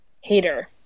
Hater